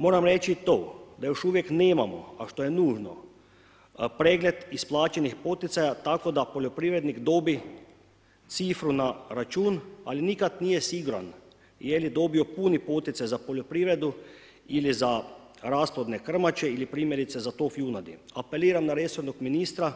Moram reći to, da još uvijek nemamo, a što je nužno, pregled isplaćenih poticaja, tako da poljoprivrednik dobi šifru na račun, ali nikad nije siguran je li dobio puni poticaj za poljoprivredu ili za rasplodne krmače ili primjerice za … apeliram na resornog ministra